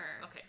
Okay